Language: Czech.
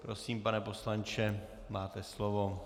Prosím, pane poslanče, máte slovo.